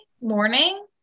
morning